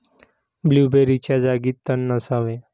ब्लूबेरीच्या जागी तण नसावे